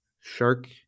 shark